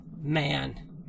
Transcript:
man